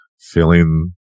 feeling